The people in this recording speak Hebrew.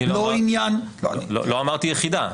לא אמרתי יחידה,